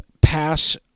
pass